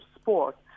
sport